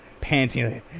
panting